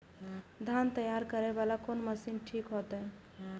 धान तैयारी करे वाला कोन मशीन ठीक होते?